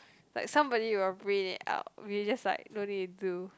like somebody will print it out we just like don't need do